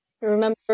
remember